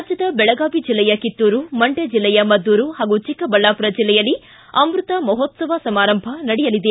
ರಾಜ್ಯದ ಬೆಳಗಾವಿ ಜಿಲ್ಲೆಯ ಕಿತ್ತೂರು ಮಂಡ್ಯ ಜಿಲ್ಲೆಯ ಮದ್ದೂರು ಹಾಗೂ ಚಿಕ್ಕಬಳ್ಳಾಪುರ ಜಿಲ್ಲೆಯಲ್ಲಿ ಅಮೃತ ಮಹೋತ್ಸವ ಸಮಾರಂಭ ನಡೆಯಲಿದೆ